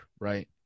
right